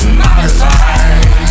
modified